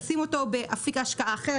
תשים אותו באפיק השקעה אחר,